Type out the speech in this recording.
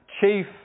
chief